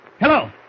Hello